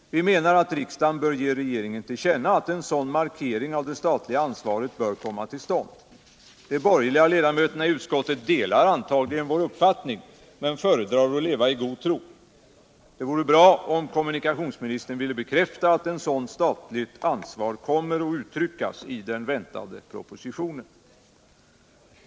Vi menar att riksdagen bör ge regeringen till känna att en sådan markering av det statliga ansvaret bör komma till stånd. De borgerliga ledamöterna i utskottet delar antagligen vår uppfattning men föredrar att leva i god tro. Det vore bra om kommunikationsministern ville bekräfta att ett sådant statligt ansvar kommer att uttryckas i den väntade propositionen.